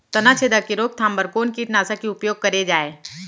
तनाछेदक के रोकथाम बर कोन कीटनाशक के उपयोग करे जाये?